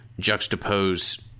juxtapose